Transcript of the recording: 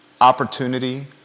opportunity